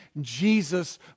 Jesus